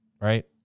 Right